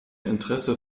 interesse